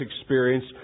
experience